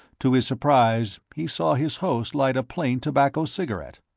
to his surprise, he saw his host light a plain tobacco cigarette.